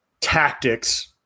tactics